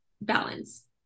balance